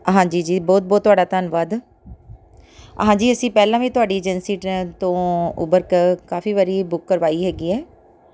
ਹਾਂਜੀ ਜੀ ਬਹੁਤ ਬਹੁਤ ਤੁਹਾਡਾ ਧੰਨਵਾਦ ਹਾਂਜੀ ਅਸੀਂ ਪਹਿਲਾਂ ਵੀ ਤੁਹਾਡੀ ਏਜੰਸੀ ਤੋਂ ਉਬਰ ਕ ਕਾਫੀ ਵਾਰੀ ਬੁੱਕ ਕਰਵਾਈ ਹੈਗੀ ਐ